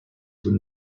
would